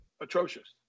atrocious